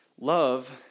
Love